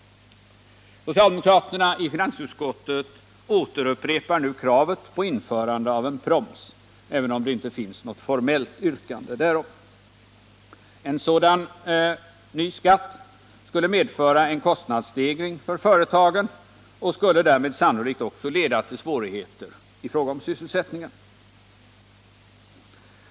Socialdemokraterna i finansutskottet upprepar nu kravet på införande av en proms, även om det inte finns något formellt yrkande därom. En sådan ny skatt skulle medföra en kostnadsstegring för företagen och därmed sannolikt också leda till svårigheter i fråga om sysselsättningen.